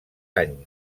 any